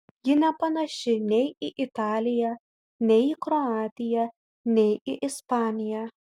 ji nepanaši nei į italiją nei į kroatiją nei į ispaniją